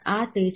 આ તે છે